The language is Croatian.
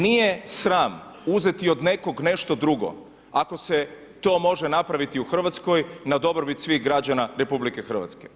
Nije sram uzeti od nekog nešto drugo ako se to može napraviti u Hrvatskoj na dobrobit svih građana RH.